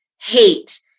hate